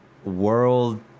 world